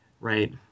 Right